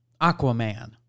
Aquaman